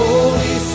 Holy